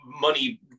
money